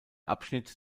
abschnitt